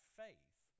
faith